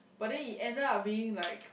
but then it ends up being like